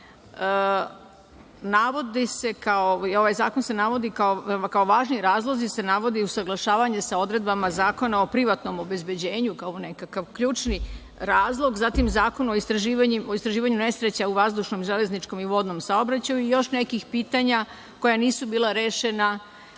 zakon se navodi, kao važni razlozi se navodi usaglašavanje sa odredbama Zakona o privatnom obezbeđenju kao nekakav ključni razlog, zatim Zakon o istraživanju nesreća u vazdušnom, železničkom i vodnom saobraćaju i još neka pitanja koja nisu bila rešena